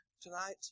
tonight